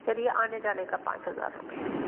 चलिए आने जाने का पाँच हज़ार रुपए